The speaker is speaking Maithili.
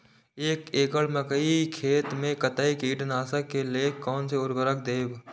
एक एकड़ मकई खेत में कते कीटनाशक के लेल कोन से उर्वरक देव?